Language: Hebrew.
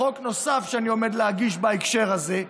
חוק נוסף שאני עומד להגיש בהקשר הזה אומר,